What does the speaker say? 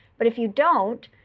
but if you don't,